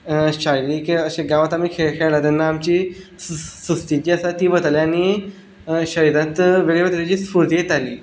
शारिरीक अशी गांवांत आमी खेळ खेळटा तेन्ना आमची सुस्ती जी आसा ती वताली आनी शरिरांत वेगळेवेगळे तरेची स्फुर्ती येताली